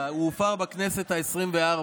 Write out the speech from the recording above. הוא הופר בכנסת העשרים-וארבע.